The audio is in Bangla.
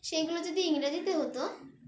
সেইগুলো যদি ইংরেজিতে হতো